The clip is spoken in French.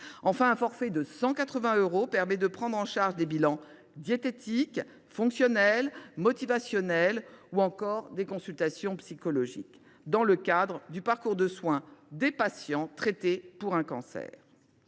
Enfin, un forfait de 180 euros permet de prendre en charge des bilans diététiques, fonctionnels, motivationnels ou encore des consultations psychologiques, dans le cadre du parcours de soins des patients traités pour un cancer.